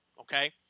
Okay